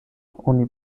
oni